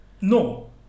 No